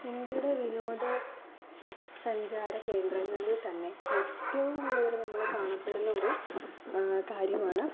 ഇന്ത്യയുടെ വിനോദ സഞ്ചാര കേന്ദ്രങ്ങളിൽ തന്നെ ഏറ്റവും കൂടുതൽ നമ്മൾ കാണപ്പെടുന്ന ഒരു കാര്യമാണ്